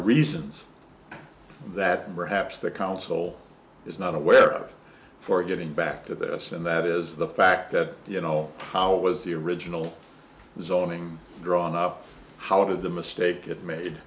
reasons that perhaps the council is not aware of for getting back to this and that is the fact that you know how was the original zoning drawn up how did the mistake